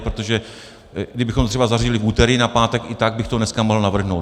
Protože kdybychom to třeba zařadili v úterý na pátek, i tak bych to dneska mohl navrhnout.